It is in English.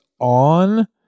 on